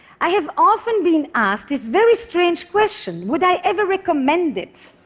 i have often been asked this very strange question would i ever recommend it?